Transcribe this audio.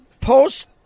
post